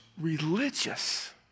religious